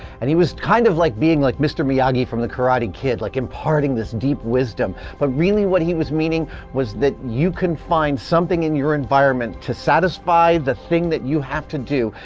and he was kind of like being like mr. miyagi from the karate kid, like imparting this deep wisdom, but really what he was meaning was that you can find something in your environment to satisfy the thing that you have to do,